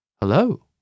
Hello